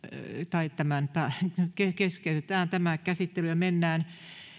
keskeytetään ja mennään